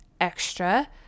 extra